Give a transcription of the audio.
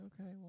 Okay